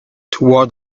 toward